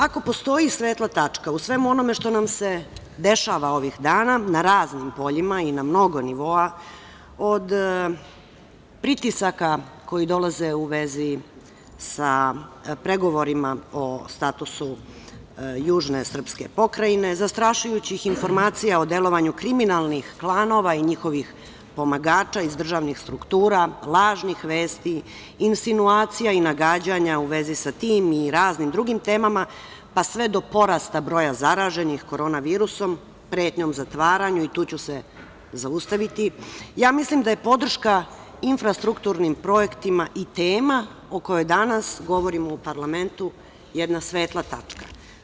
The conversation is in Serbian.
Ako postoji svetla tačka u svemu onome što nam se dešava ovih dana na raznim poljima i na mnogo nivoa, od pritisaka koji dolaze u vezi sa pregovorima o statusu južne srpske pokrajine, zastrašujućih informacija o delovanju kriminalnih klanova i njihovih pomagača iz državnih struktura, lažnih vesti, insinuacija i nagađanja u vezi sa tim i raznim drugim temama, pa sve do porasta broja zaraženih korona virusom, pretnjom zatvaranjem i tu ću se zaustaviti, ja mislim da je podrška infrastrukturnim projektima i tema o kojoj danas govorimo u parlamentu jedna svetla tačka.